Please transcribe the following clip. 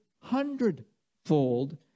hundredfold